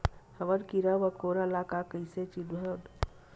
हमन कीरा मकोरा ला कइसे चिन्हन?